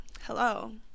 hello